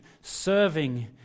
serving